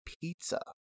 pizza